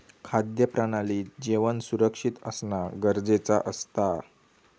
खाद्य प्रणालीत जेवण सुरक्षित असना गरजेचा असता